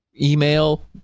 email